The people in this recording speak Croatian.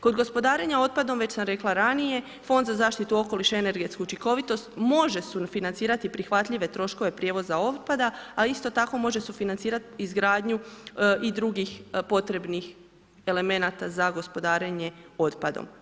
Kod gospodarenja otpadom, već sam rekla ranije, fond za zaštitu okoliša i energetsku učinkovitost može sufinancirati prihvatljive troškove prijevoza otpada, a isto tako može sufinancirati izgradnju i drugih potrebnih elementa za gospodarenje otpadom.